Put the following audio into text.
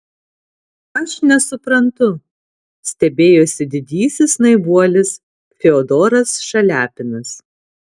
aš nesuprantu stebėjosi didysis naivuolis fiodoras šaliapinas